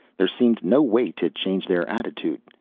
there seemed no way to change their attitude.